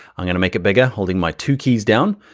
i'm gonna make it bigger holding my two keys down,